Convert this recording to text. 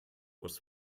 was